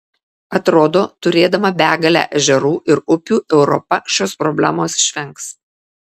atrodo turėdama begalę ežerų ir upių europa šios problemos išvengs